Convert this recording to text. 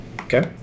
Okay